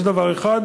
זה דבר אחד.